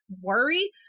worry